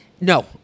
No